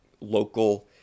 local